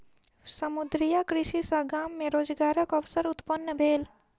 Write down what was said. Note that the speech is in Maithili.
समुद्रीय कृषि सॅ गाम मे रोजगारक अवसर उत्पन्न भेल